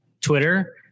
Twitter